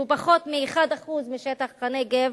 שהוא פחות מ-1% משטח הנגב,